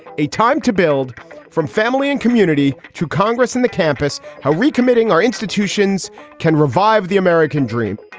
a time to build from family and community to congress and the campus. how recommitting our institutions can revive the american dream